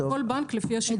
כל בנק לפי השיקולים שלו.